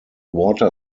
water